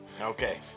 Okay